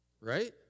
Right